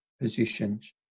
positions